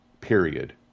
period